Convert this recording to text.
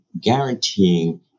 guaranteeing